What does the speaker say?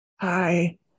hi